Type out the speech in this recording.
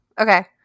Okay